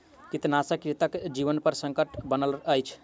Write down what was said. कृंतकनाशक कृंतकक जीवनपर संकट बनल अछि